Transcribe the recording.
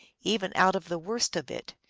even out of the worst of it.